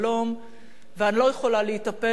ואני לא יכולה להתאפק מלהוסיף משפט